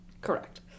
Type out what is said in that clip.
Correct